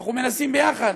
אנחנו מנסים יחד,